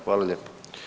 Hvala lijepo.